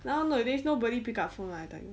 nowadays nobody pick up phone [one] I tell you